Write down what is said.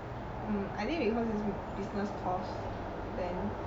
mm I think is because is business course then